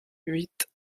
huit